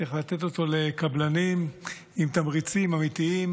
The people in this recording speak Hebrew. צריך לתת אותו לקבלנים עם תמריצים אמיתיים,